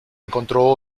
encontró